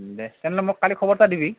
দে তেনেহ'লে মোক কালি খবৰ এটা দিবি